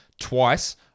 twice